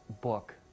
book